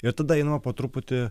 ir tada einama po truputį